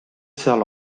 seal